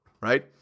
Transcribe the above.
right